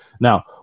Now